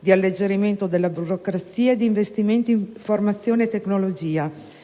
di alleggerimento della burocrazia e di investimenti in formazione e tecnologia,